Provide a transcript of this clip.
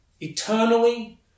eternally